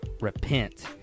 Repent